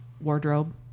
wardrobe